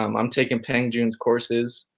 um i'm taking peng joon's courses,